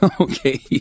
Okay